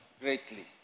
greatly